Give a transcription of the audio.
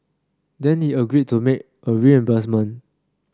then he agreed to make a reimbursement